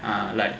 ah like